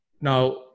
Now